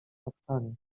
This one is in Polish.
tapczanie